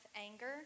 anger